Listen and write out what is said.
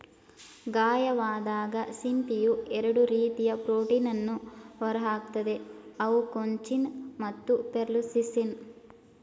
ಗಾಯವಾದಾಗ ಸಿಂಪಿಯು ಎರಡು ರೀತಿಯ ಪ್ರೋಟೀನನ್ನು ಹೊರಹಾಕ್ತದೆ ಅವು ಕೊಂಚಿನ್ ಮತ್ತು ಪೆರ್ಲುಸಿನ್